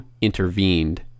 intervened